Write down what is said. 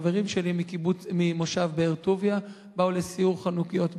חברים שלי ממושב באר-טוביה באו לסיור חנוכיות בירושלים,